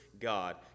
God